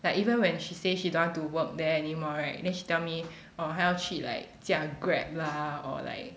like even when she say she don't want to work there anymore right then she tell me orh 她要去 like 驾 Grab lah or like